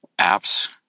apps